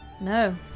No